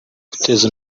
guteza